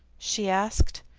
she asked,